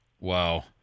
Wow